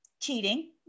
cheating